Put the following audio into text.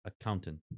accountant